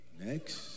next